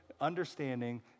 understanding